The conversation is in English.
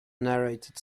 narrated